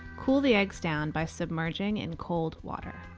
cool the eggs down by submerging in cold water.